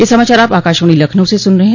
ब्रे क यह समाचार आप आकाशवाणी लखनऊ से सुन रहे हैं